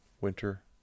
winter